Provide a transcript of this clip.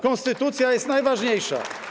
Konstytucja jest najważniejsza.